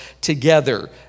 together